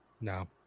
No